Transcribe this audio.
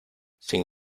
sin